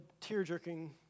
tear-jerking